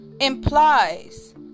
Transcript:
implies